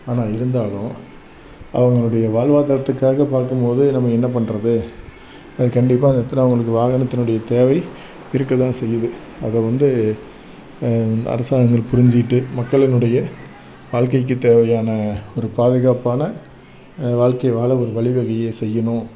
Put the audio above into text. ஆனால் இருந்தாலும் அவங்களுடைய வாழ்வாதாரத்துக்காக பார்க்கும்போது நம்ம என்ன பண்ணுறது அது கண்டிப்பாக அந்த இடத்துல அவங்களுக்கு வாகனத்தினுடைய தேவை இருக்க தான் செய்யுது அதை வந்து அரசாங்கங்கள் புரிஞ்சிக்கிட்டு மக்களினுடைய வாழ்க்கைக்கு தேவையான ஒரு பாதுகாப்பான வாழ்க்கைய வாழ ஒரு வழிவகைய செய்யணும்